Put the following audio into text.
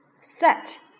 set